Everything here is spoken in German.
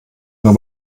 nur